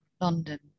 London